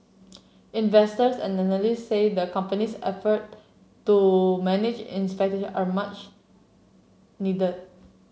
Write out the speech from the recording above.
investors and analysts say the company's effort to manage expectation are much needed